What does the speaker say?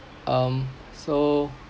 um so